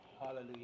Hallelujah